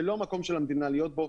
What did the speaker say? זה לא המקום של המדינה להיות בו,